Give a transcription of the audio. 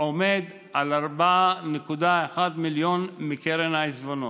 עומד על 4.1 מיליון מקרן העיזבונות.